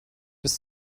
bis